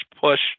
push